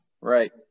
Right